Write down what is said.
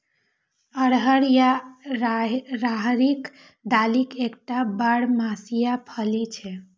अरहर या राहरिक दालि एकटा बरमसिया फली छियै